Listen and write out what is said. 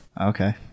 okay